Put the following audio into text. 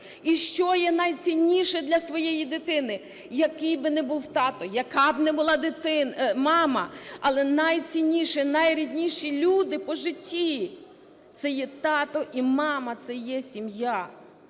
І, що є найцінніше для своєї дитини, який би не був тато, яка б не була мама, але найцінніші, найрідніші люди по житті - це є тато і мама, це є сім'я.